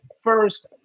first